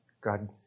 God